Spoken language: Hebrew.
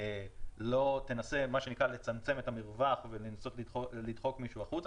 לא תנסה מה שנקרא לצמצם את המרווח ולנסות לדחוק מישהו החוצה,